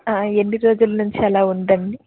ఎన్ని రోజుల నుంచి అలా ఉంది అండి